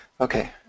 Okay